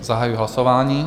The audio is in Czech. Zahajuji hlasování.